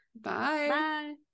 bye